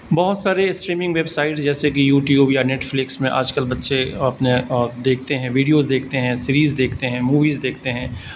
بہت سارے streaming website جیسے کہ یوٹیوب یا نیٹفلکس میں آج کل بچے اپنے آپ دیکھتے ہیں ویڈیوز دیکھتے ہیں سیریز دیکھتے ہیں موویز دیکھتے ہیں